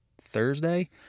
Thursday